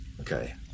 Okay